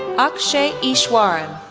akshay easwaran,